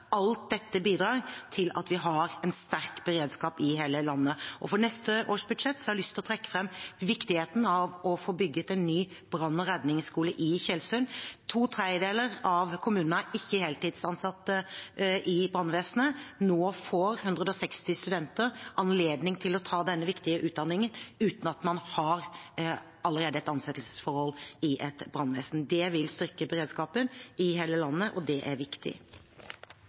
alt dette bidrar til at vi har en sterk beredskap i hele landet. Fra neste års budsjett har jeg lyst til å trekke fram viktigheten av å få bygget en ny brann- og redningsskole i Tjeldsund. To tredjedeler av kommunene har ikke heltidsansatte i brannvesenet. Nå får 160 studenter anledning til å ta denne viktige utdanningen uten at man allerede har et ansettelsesforhold i et brannvesen. Det vil styrke beredskapen i hele landet, og det er viktig.